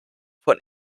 von